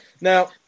Now